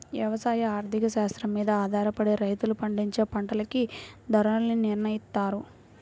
యవసాయ ఆర్థిక శాస్త్రం మీద ఆధారపడే రైతులు పండించే పంటలకి ధరల్ని నిర్నయిత్తారు